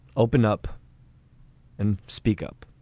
open up and speak up.